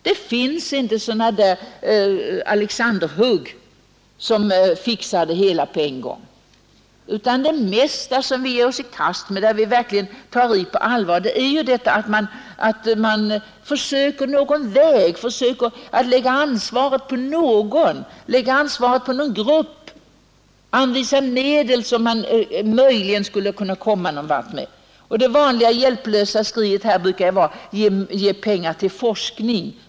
Det finns inte några alexanderhugg som fixar det hela på en gång. I de flesta frågor som vi ger oss i kast med och som vi verkligen tar itu med på allvar försöker vi finna någon väg, lägga ansvaret på någon grupp, anvisa medel osv. för att möjligen komma någon vart. Det vanliga hjälplösa skriet brukar vara: Ge pengar till forskning!